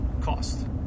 cost